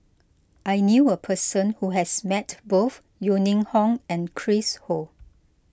I knew a person who has met both Yeo Ning Hong and Chris Ho